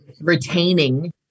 retaining